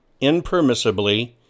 impermissibly